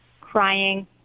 crying